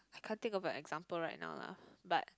I can't think of a example right now lah